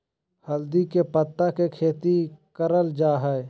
हल्दी के पत्ता के खेती करल जा हई